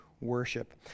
worship